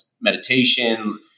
meditation